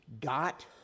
got